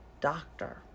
doctor